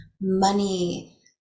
money